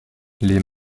les